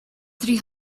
three